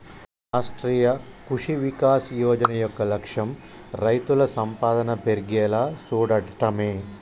రాష్ట్రీయ కృషి వికాస్ యోజన యొక్క లక్ష్యం రైతుల సంపాదన పెర్గేలా సూడటమే